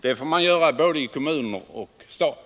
Det får man göra i både stat och kommun.